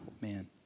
man